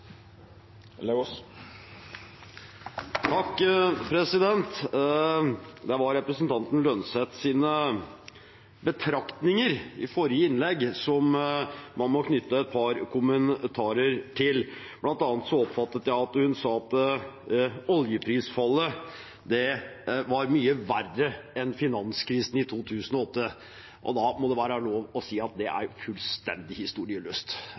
Det var representanten Holm Lønseths betraktninger i forrige innlegg som jeg må knytte et par kommentarer til. Blant annet oppfattet jeg at hun sa at oljeprisfallet var mye verre enn finanskrisen i 2008, og da må det være lov til å si at det er fullstendig historieløst